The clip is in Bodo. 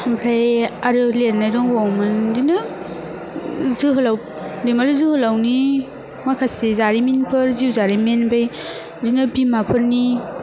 ओमफ्राय आरो लेरनाय दंबावोमोन बिदिनो जोहोलाव दैमालु जोहोलावनि माखासे जारिमिनफोर जिउ जारिमिन ओमफाय बिदिनो बिमाफोरनि